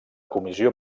comissió